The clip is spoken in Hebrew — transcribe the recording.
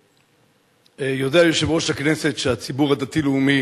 יודע יושב-ראש הכנסת שהציבור הדתי-לאומי